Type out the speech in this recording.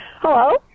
Hello